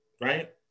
right